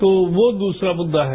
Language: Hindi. तो वो दूसरा मुद्दा है